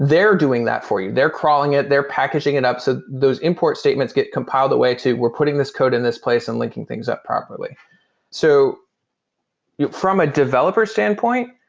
they're doing that for you they're crawling it, they're packaging it up, so those import statements get compiled away to we're putting this code in this place and linking things up properly so from a developer standpoint,